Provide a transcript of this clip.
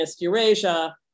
Eurasia